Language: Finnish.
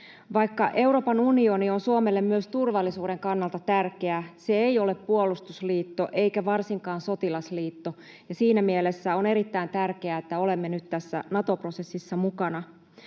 Vaikka Euroopan unioni on Suomelle myös turvallisuuden kannalta tärkeä, se ei ole puolustusliitto eikä varsinkaan sotilasliitto, ja siinä mielessä on erittäin tärkeää, että olemme nyt tässä Nato-prosessissa mukana.